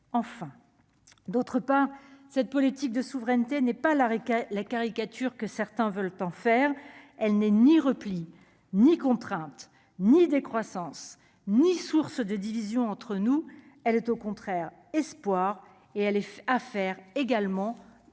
enfin, d'autre part, cette politique de souveraineté n'est pas la la caricature que certains veulent en faire, elle n'est ni repli, ni contrainte ni décroissance ni source de division entre nous, elle est au contraire espoir et elle est faire également européenne